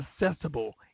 accessible